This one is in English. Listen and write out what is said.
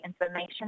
information